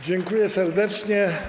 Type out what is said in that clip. Dziękuję serdecznie.